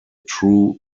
true